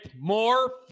more